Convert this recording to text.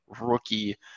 rookie